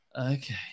okay